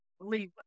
believe